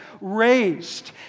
raised